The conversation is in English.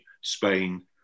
Spain